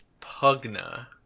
Pugna